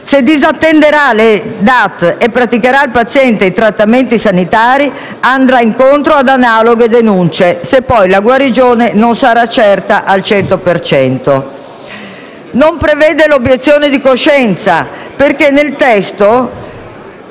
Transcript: Se disattenderà le DAT e praticherà al paziente trattamenti sanitari, andrà incontro ad analoghe denunce se poi la guarigione non sarà certa al 100 per cento. Non si prevede l'obiezione di coscienza perché nel testo